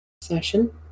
session